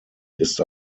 ist